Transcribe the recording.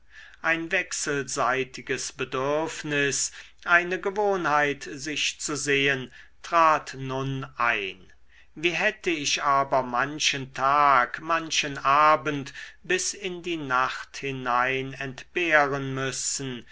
ein wechselseitiges bedürfnis eine gewohnheit sich zu sehen trat nun ein wie hätt ich aber manchen tag manchen abend bis in die nacht hinein entbehren müssen